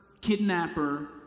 kidnapper